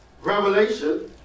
revelation